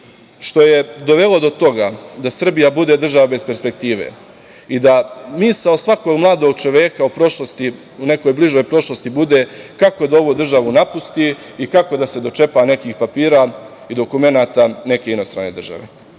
što je dovelo do toga da Srbija bude država bez perspektive i da misao svakog mladog čoveka u nekoj bližoj prošlosti bude kako da ovu državu napusti i kako da se dočepa nekih papira i dokumenata neke inostrane države. Ubeđen